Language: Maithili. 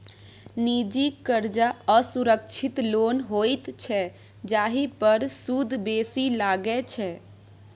निजी करजा असुरक्षित लोन होइत छै जाहि पर सुद बेसी लगै छै